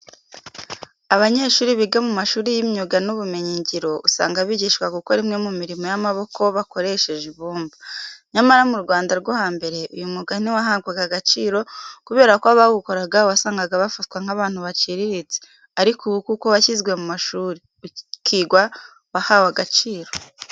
Abanyeshuri biga mu mashuri y'imyuga n'ubumenyingiro, usanga bigishwa gukora imwe mu mirimo y'amaboko bakoresheje ibumba. Nyamara mu Rwanda rwo hambere, uyu mwuga ntiwahabwaga agaciro kubera ko abawukoraga wasangaga bafatwa nk'abantu baciriritse. Ariko ubu kuko washyizwe mu mashuri, ukigwa wahawe agaciro.